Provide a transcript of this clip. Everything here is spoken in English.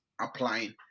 applying